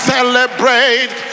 Celebrate